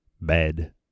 bed